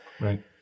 Right